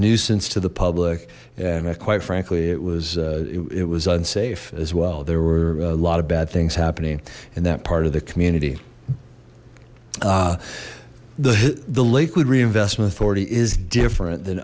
nuisance to the public and quite frankly it was it was unsafe as well there were a lot of bad things happening in that part of the community the the lakewood reinvestment authority is different than